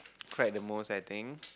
cried the most I think